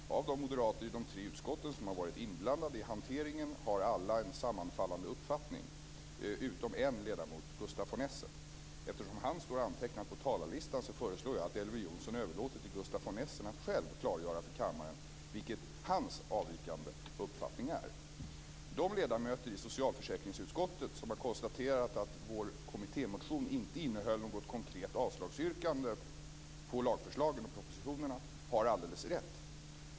Av de moderater i de tre utskotten som har varit inblandade i hanteringen har alla en sammanfallande uppfattning utom en ledamot, Gustaf von Essen. Eftersom han står antecknad på talarlistan föreslår jag att Elver Jonsson överlåter till Gustaf von Essen att själv klargöra för kammaren vilken hans avvikande uppfattning är. De ledamöter i socialförsäkringsutskottet som har konstaterat att vår kommittémotion inte innehöll något konkret avslagsyrkande på lagförslagen i propositionen har alldeles rätt.